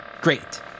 Great